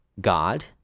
God